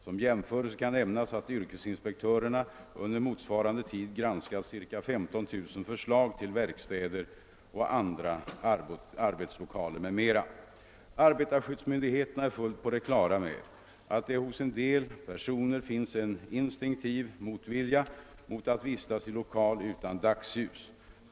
Som jämförelse kan nämnas att yrkesinspektörerna under motsvarande tid granskat ca 15 000 förslag till verkstäder och andra arbetslokaler m.m. Arbetarskyddsmyndigheterna är fullt på det klara med att det hos en del personer finns en instinktiv motvilja mot att vistas i lokal utan dagsljus.